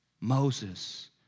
Moses